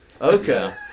Okay